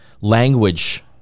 language